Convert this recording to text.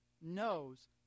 knows